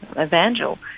Evangel